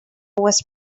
was